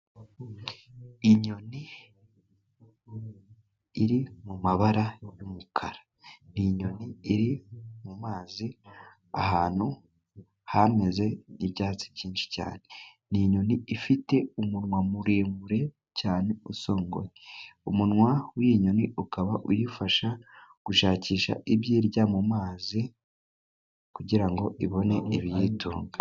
Inyoni iri mu mabara y'umukara, n'inyoni iri mu mazi ahantu hameze n'ibyatsi byinshi cyane, ni inyoni ifite umunwa muremure cyane usongoye, umunwa w'iyi nyoni ukaba uyifasha gushakisha ibyirya mu mazi, kugirango ibone ibiyitunga .